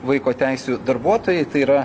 vaiko teisių darbuotojai tai yra